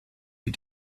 die